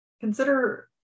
Consider